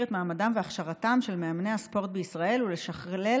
את מעמדם והכשרתם של מאמני הספורט בישראל ולשכלל